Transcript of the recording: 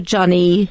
Johnny